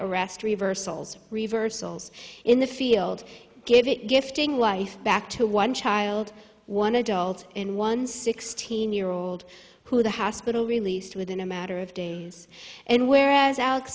arrest reversals reversals in the field give it gifting life back to one child one adult and one sixteen year old who the hospital released within a matter of days and whereas